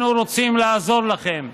אנו רוצים לעזור לכם,